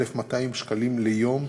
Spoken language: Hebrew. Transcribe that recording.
1,200 שקלים ליום,